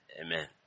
amen